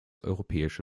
europäische